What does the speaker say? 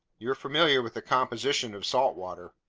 you're familiar with the composition of salt water.